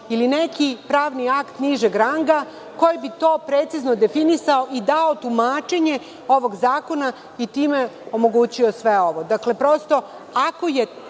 ili neki pravni akt nižeg ranga koji bi to precizno definisao i dao tumačenje ovog zakona i time omogućio sve ovo. Dakle, prosto ako neko